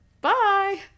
Bye